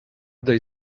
they